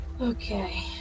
Okay